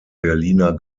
berliner